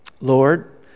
Lord